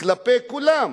כלפי כולם?